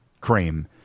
cream